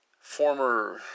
former